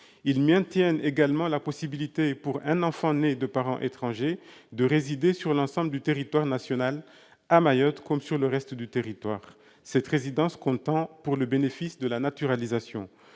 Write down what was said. Ils maintiennent également la possibilité pour un enfant né de parents étrangers de résider sur l'ensemble du territoire national, à Mayotte comme sur le reste du territoire, cette résidence comptant pour le bénéfice de la naturalisation.